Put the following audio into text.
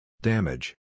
Damage